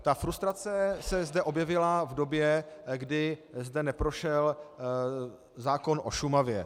Ta frustrace se zde objevila v době, kdy zde neprošel zákon o Šumavě.